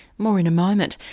more in a moment.